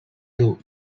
two